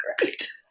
great